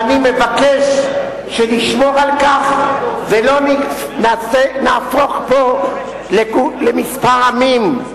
ואני מבקש שנשמור על כך ולא נהפוך פה לכמה עמים.